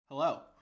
Hello